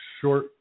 short